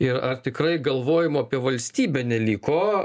ir ar tikrai galvojimo apie valstybę neliko